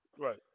Right